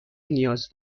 نیاز